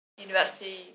university